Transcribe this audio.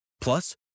Plus